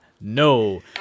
No